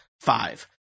five